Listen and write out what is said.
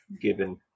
given